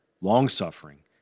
long-suffering